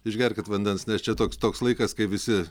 išgerkit vandens nes čia toks toks laikas kai visi